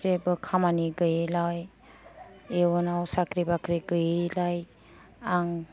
जेबो खामानि गैयैलाय इउनाव साख्रि बाख्रि गैयैलाय आं